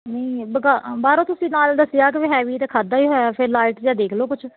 ਨਹੀਂ ਬਾਹਰੋਂ ਤੁਸੀਂ ਨਾਲ ਦੱਸਿਆ ਕਿ ਹੈਵੀ ਅਤੇ ਖਾਧਾ ਹੀ ਹੋਇਆ ਫਿਰ ਲਾਈਟ ਜਿਹਾ ਦੇਖ ਲਓ ਕੁਛ